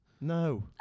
No